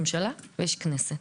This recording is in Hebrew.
יש ממשלה ויש כנסת.